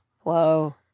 Whoa